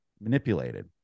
manipulated